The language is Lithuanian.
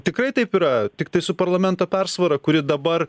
tikrai taip yra tiktai su parlamento persvara kuri dabar